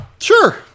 Sure